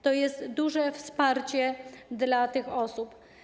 To jest duże wsparcie dla tych osób.